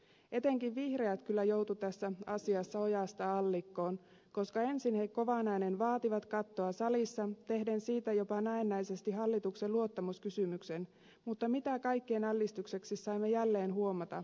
etenkin vihreät kyllä joutuivat tässä asiassa ojasta allikkoon koska ensin he kovaan ääneen vaativat kattoa salissa tehden siitä jopa näennäisesti hallituksen luottamuskysymyksen mutta mitä kaikkien ällistykseksi saimme jälleen huomata